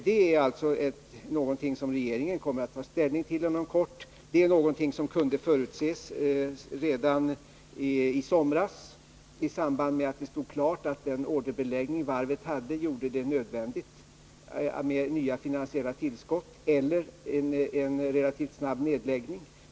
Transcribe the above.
Det är någonting som regeringen kommer att ta ställning till inom kort, och det kunde förutses redan i somras i samband med att det stod klart att den orderbeläggning varvet hade gjorde det nödvändigt med nya finansiella tillskott eller en relativt snabb nedläggning.